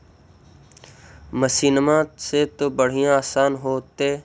मसिनमा से तो बढ़िया आसन हो होतो?